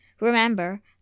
Remember